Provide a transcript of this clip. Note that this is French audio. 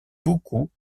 beaucoup